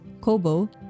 Kobo